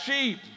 sheep